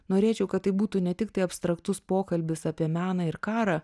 norėčiau kad tai būtų ne tiktai abstraktus pokalbis apie meną ir karą